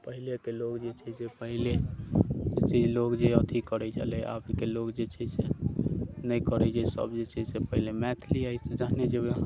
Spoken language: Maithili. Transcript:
पहिलेके लोक जे छै से पहिले लोक जे अथी करैत छलै आबके लोक जे छै से नहि करैत छै सभ जे छै से पहिले मैथिली जखने जेबै अहाँ